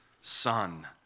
son